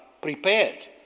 prepared